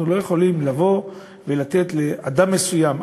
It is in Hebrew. אנחנו לא יכולים לבוא ולתת לאדם מסוים,